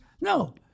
No